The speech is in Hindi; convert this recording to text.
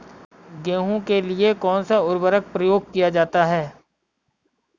गेहूँ के लिए कौनसा उर्वरक प्रयोग किया जाता है?